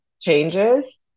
changes